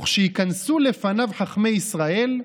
וכשייכנסו לפניו חכמי ישראל,